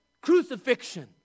Crucifixion